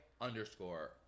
underscore